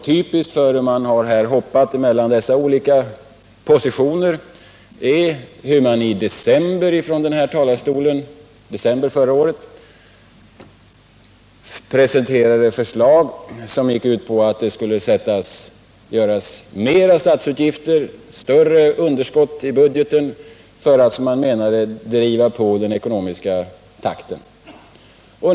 Typiskt för hur man har hoppat mellan dessa olika positioner är när man i december förra året från denna talarstol presenterade förslag som gick ut på mer statsutgifter och större underskott i budgeten för att, som man menade, driva på den ekonomiska takten.